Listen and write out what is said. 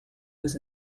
was